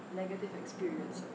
negative experience